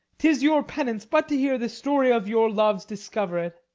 tis your penance but to hear the story of your loves discovered.